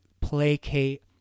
placate